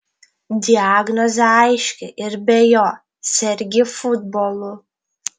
diagnozė aiški ir be jo sergi futbolu